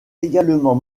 également